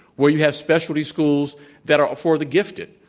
where you have specialty schools that are for the gifted.